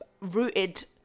rooted